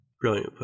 Brilliant